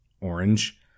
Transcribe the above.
orange